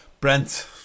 brent